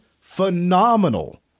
phenomenal